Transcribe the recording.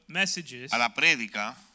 messages